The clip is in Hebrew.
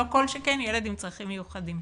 לא כל שכן ילד עם צרכים מיוחדים.